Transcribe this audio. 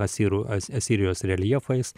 asirų asirijos reljefais